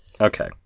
Okay